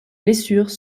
blessures